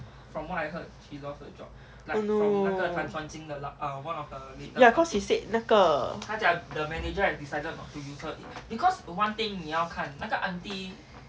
oh no ya cause he said 那个